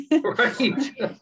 Right